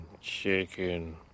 chicken